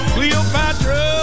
Cleopatra